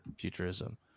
futurism